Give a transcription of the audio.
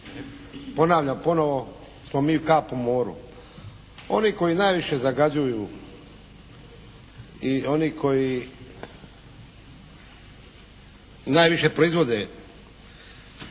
ponavljam ponovo smo mi kap u moru. Oni koji najviše zagađuju i oni koji najviše proizvode